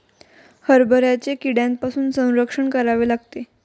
हरभऱ्याचे कीड्यांपासून संरक्षण करावे लागते